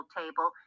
table